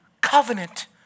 covenant